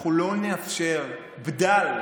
אנחנו לא נאפשר בדל,